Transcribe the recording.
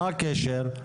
מה הקשר?